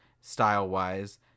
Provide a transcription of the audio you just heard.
style-wise